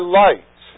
light